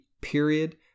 period